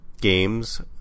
games